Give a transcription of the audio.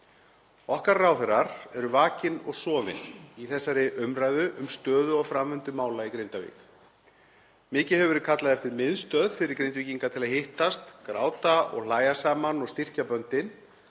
Okkar ráðherrar eru vakin og sofin í þessari umræðu um stöðu og framvindu mála í Grindavík. Mikið hefur verið kallað eftir miðstöð fyrir Grindvíkinga til að hittast, gráta og hlæja saman og styrkja böndin.